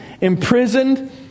imprisoned